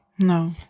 No